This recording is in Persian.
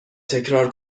تکرار